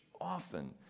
often